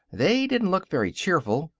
they didn't look very cheerful.